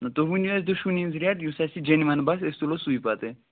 تُہۍ ؤنِو اَسہِ دۄشوٕنی ہٕنٛز ریٹ یُس اَسہِ جینِوَن باسہِ أسۍ تُلَو سُے پتہٕ